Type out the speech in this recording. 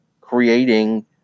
creating